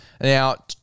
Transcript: Now